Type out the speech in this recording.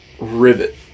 rivet